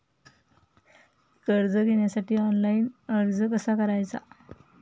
कर्ज घेण्यासाठी ऑनलाइन अर्ज कसा करायचा?